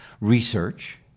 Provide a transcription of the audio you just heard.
research